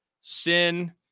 sin